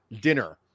dinner